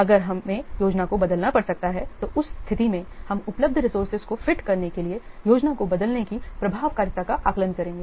अगर हमें योजना को बदलना पड़ सकता है तो उस स्थिति में हम उपलब्ध रिसोर्सेज को फिट करने के लिए योजना को बदलने की प्रभावकारिता का आकलन करेंगे